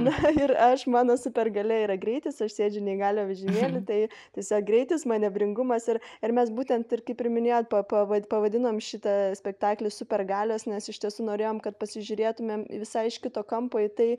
na ir aš mano super galia yra greitis aš sėdžiu neįgaliojo vežimėly tai tiesiog greitis manevringumas ir ir mes būtent ir kaip ir minėjot pa pa pavadinome šitą spektaklį supergalios nes iš tiesų norėjom kad pasižiūrėtumėm visai iš kito kampo į tai